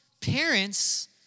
Parents